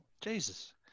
Jesus